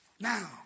Now